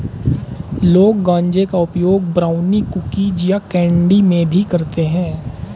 लोग गांजे का उपयोग ब्राउनी, कुकीज़ या कैंडी में भी करते है